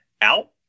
out